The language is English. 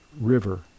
River